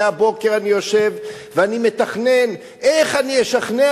מהבוקר אני יושב ואני מתכנן איך אני אשכנע